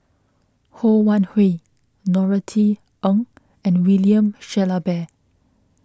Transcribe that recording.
Ho Wan Hui Norothy Ng and William Shellabear